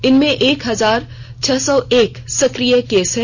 इनमें एक हजार छह सौ एक सक्रिय केस हैं